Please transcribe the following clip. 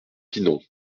pinon